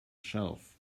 shelf